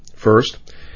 First